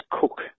Cook